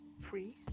free